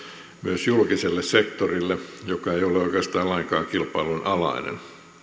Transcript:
myös julkiselle sektorille joka ei ole oikeastaan lainkaan kilpailun alainen